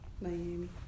Miami